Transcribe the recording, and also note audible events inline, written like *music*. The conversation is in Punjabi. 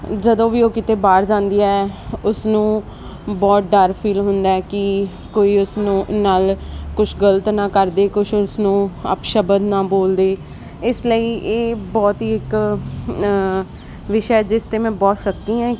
ਜਦੋਂ ਵੀ ਉਹ ਕਿਤੇ ਬਾਹਰ ਜਾਂਦੀ ਐ ਉਸਨੂੰ ਬਹੁਤ ਡਰ ਫੀਲ ਹੁੰਦਾ ਹੈ ਕਿ ਕੋਈ ਉਸਨੂੰ ਨਾਲ ਕੁਛ ਗਲਤ ਨਾ ਕਰ ਦਵੇ ਕੁਛ ਉਸਨੂੰ ਅਪਸ਼ਬਦ ਨਾ ਬੋਲ ਦੇ ਇਸ ਲਈ ਇਹ ਬਹੁਤ ਹੀ ਇੱਕ ਵਿਸ਼ਾ ਜਿਸ 'ਤੇ ਮੈਂ ਬਹੁਤ *unintelligible*